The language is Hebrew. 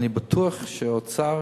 אני בטוח שהאוצר